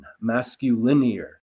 masculine